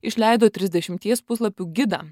išleido trisdešimties puslapių gidą